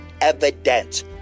evidence